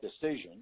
decision